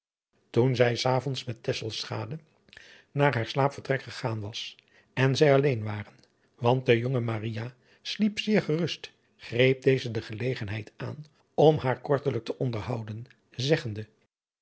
toen zij s avonds met tesselschade naar haar slaapvertrek gegaan was en zij alleen waren want de jonge maria sliep zeer gerust greep deze de gelegenheid aan om haar kortelijk te onderhouden zeggende